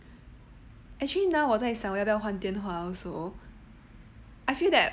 actually now 我在想我要不要换电话 also I feel that